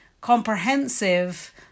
comprehensive